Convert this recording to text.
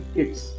Kids